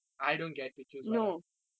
I don't get to choose what I want